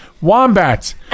Wombats